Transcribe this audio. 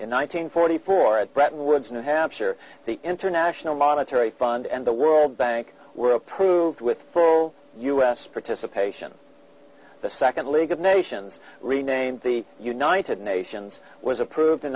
hundred forty four at bretton woods new hampshire the international monetary fund and the world bank were approved with full u s participation the second league of nations renamed the united nations was approved in